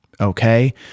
Okay